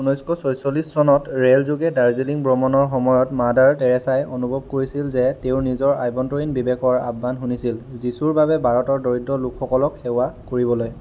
উনৈছশ ছয়চল্লিছ চনত ৰে'ল যোগে দাৰ্জিলিং ভ্ৰমণৰ সময়ত মাদাৰ টেৰেছাই অনুভৱ কৰিছিল যে তেওঁ নিজৰ আভ্যন্তৰীণ বিবেকৰ আহ্বান শুনিছিল যীচুৰ বাবে ভাৰতৰ দৰিদ্ৰ লোকসকলক সেৱা কৰিবলৈ